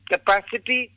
Capacity